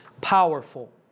powerful